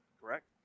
Correct